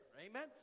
amen